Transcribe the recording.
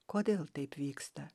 kodėl taip vyksta